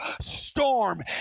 storm